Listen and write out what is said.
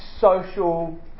social